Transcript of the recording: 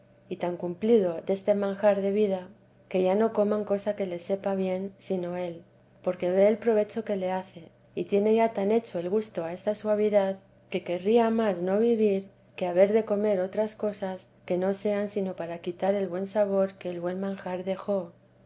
y tan cumplido deste manjar de vida que ya no coman cosa que les sepa bien sino él porque ve el provecho que le hace y tiene ya tan hecho el gusto a esta suavidad que querría más no vivir que haber de comer otras cosas que no sean sino para quitar el buen sabor que el buen manjar dejó